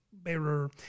Bearer